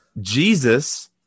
Jesus